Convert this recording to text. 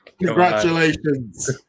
Congratulations